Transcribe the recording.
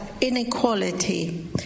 inequality